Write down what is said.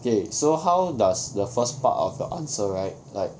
okay so how does the first part of the answer right like